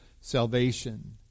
salvation